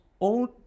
own